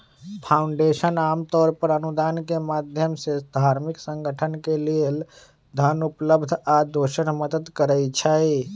foundation आमतौर पर अनुदान के माधयम से धार्मिक संगठन के लेल धन उपलब्ध आ दोसर मदद करई छई